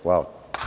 Hvala.